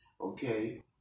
okay